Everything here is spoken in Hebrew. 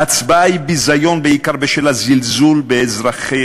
ההצבעה היום היא ביזיון בעיקר בשל הזלזול באזרחי